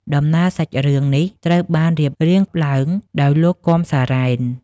ដំណើរសាច់រឿងនេះត្រូវបានរៀបរៀងឡើងដោយលោក គាំ សារ៉ែន។